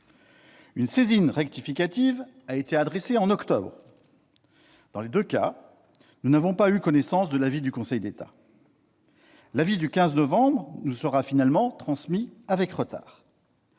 Une saisine rectificative a été adressée en octobre. Dans les deux cas, nous n'avons pas eu connaissance de son avis. L'avis du 15 novembre nous sera finalement transmis avec retard.